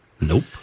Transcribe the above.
Nope